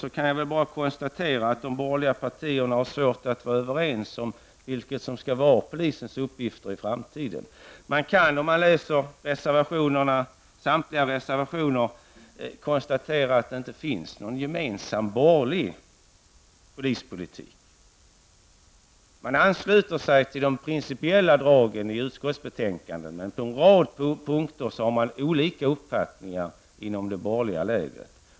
Jag kan bara konstatera att de borgerliga partierna har svårt att komma överens om vilka uppgifter polisen skall ha i framtiden. Om man läser samtliga reservationer kan man konstatera att det inte finns någon gemensam borgerlig polispolitik. Man ansluter sig till de principiella dragen i utskottsbetänkandet, men på en rad punkter har man olika uppfattningar inom det borgerliga lägret.